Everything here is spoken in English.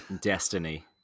Destiny